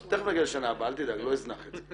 תיכף נגיע לשנה הבאה, אל תדאג, לא אזנח את זה.